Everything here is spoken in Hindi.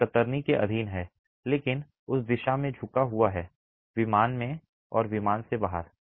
यह कतरनी के अधीन है लेकिन उस दिशा में झुका हुआ है विमान में और विमान से बाहर